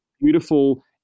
beautiful